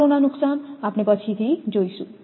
આ કોરોના નુકસાન આપણે પછીથી જોશું